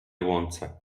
łące